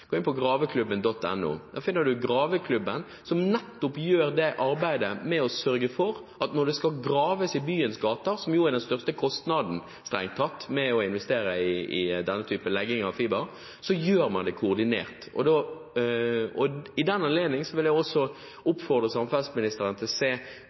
Gå inn på graveklubben.no. Der finner man Graveklubben, som gjør nettopp arbeidet med å sørge for at når det skal graves i byens gater – som jo strengt tatt er den største kostnaden ved å investere i denne typen legging av fiber – gjør man det koordinert. I den anledning vil jeg også oppfordre samferdselsministeren til å se